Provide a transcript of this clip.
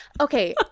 okay